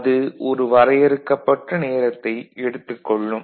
அது ஒரு வரையறுக்கப்பட்ட நேரத்தை எடுத்துக் கொள்ளும்